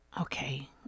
okay